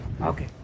Okay